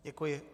Děkuji.